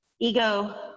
Ego